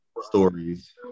Stories